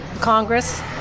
Congress